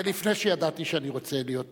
זה לפני שידעתי שאני רוצה להיות נשיא.